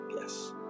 Yes